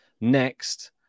next